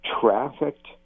trafficked